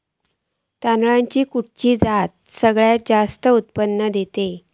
तांदळाची खयची जात सगळयात जास्त उत्पन्न दिता?